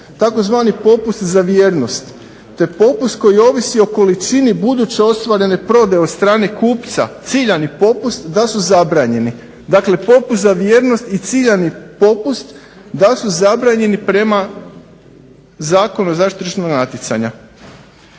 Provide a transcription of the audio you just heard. tzv. popust za vjernost, te popust koji ovisi o količini buduće ostvarene prodaje od strane kupca ciljani popust da su zabranjeni. Dakle popust za vjernost i ciljani popust da su zabranjeni prema Zakonu o zaštiti tržišnog natjecanja,